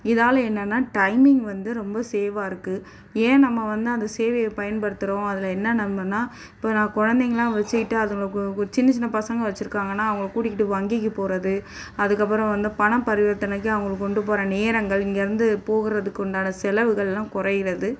இதால் என்னென்னா டைமிங் வந்து ரொம்ப சேவா இருக்குது ஏன் நம்ம வந்து அந்த சேவையை பயன்படுத்துகிறோம் அதில் என்ன நன்மைன்னா இப்போ நான் கொழந்தைகள்லாம் வைச்சிக்கிட்டு அதுகள சின்ன சின்ன பசங்க வைச்சிருக்காங்கன்னா அவங்கள கூட்டிக்கிட்டு வங்கிக்கு போகிறது அதுக்கப்புறம் வந்து பணம் பரிவர்த்தனைக்கு அவங்களுக்கு கொண்டுப்போற நேரங்கள் இங்கேயிருந்து போகிறதுக்கு உண்டான செலவுகள்லாம் குறைகிறது